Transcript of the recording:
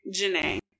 Janae